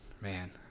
man